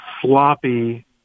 sloppy